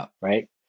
right